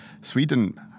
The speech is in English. Sweden